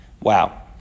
Wow